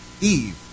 Eve